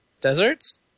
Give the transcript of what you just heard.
Deserts